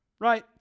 right